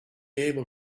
able